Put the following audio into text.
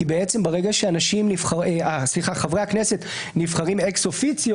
כי ברגע שחברי הכנסת נבחרים אקס אופיציו,